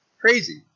crazy